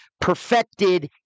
perfected